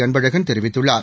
அன்பழகன் தெரிவித்துள்ளார்